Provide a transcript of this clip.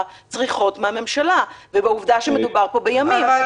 צריכות מן הממשלה ובעובדה שמדובר פה בימים.